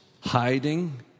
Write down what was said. hiding